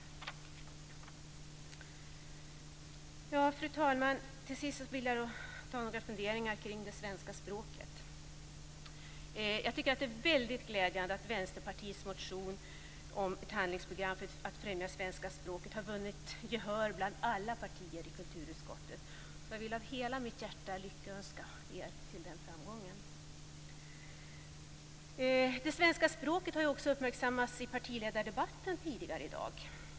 Fru talman! Till sist vill jag föra fram några funderingar kring det svenska språket. Jag tycker att det är väldigt glädjande att Vänsterpartiets motion om ett handlingsprogram för att främja svenska språket har vunnit gehör bland alla partier i kulturutskottet. Jag vill av hela mitt hjärta lyckönska er till den framgången. Det svenska språket har ju också uppmärksammats i partiledardebatten tidigare i dag.